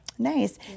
Nice